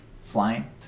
flying